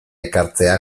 ekartzea